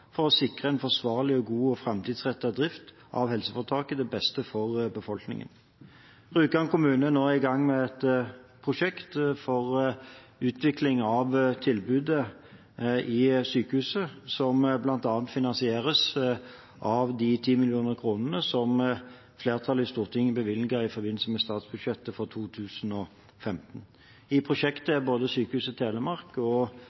for å sikre en forsvarlig, god og framtidsrettet drift av helseforetaket, til beste for befolkningen. Rjukan kommune er nå i gang med et prosjekt for utvikling av tilbudet i sykehuset, som bl.a. finansieres av de 10 mill. kr som flertallet i Stortinget bevilget i forbindelse med statsbudsjettet for 2015. I prosjektet er både Sykehuset Telemark og